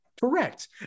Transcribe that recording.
Correct